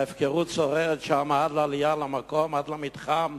ההפקרות שוררת שם עד לעלייה למקום, עד למתחם,